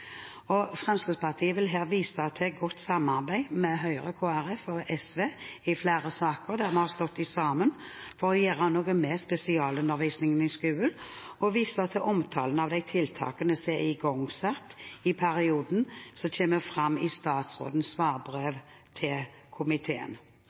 arenaer. Fremskrittspartiet vil her vise til godt samarbeid med Høyre, Kristelig Folkeparti og Venstre i flere saker der vi har stått sammen for å gjøre noe med spesialundervisningen i skolen, og til omtalen av de tiltakene som er igangsatt i perioden, som kommer fram i statsrådens